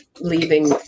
leaving